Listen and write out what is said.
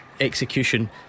execution